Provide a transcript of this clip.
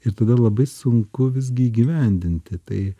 ir tada labai sunku visgi įgyvendinti tai